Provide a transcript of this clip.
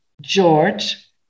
George